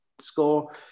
score